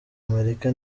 amerika